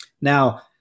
Now